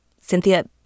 Cynthia